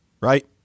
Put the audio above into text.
Right